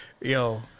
Yo